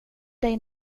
dig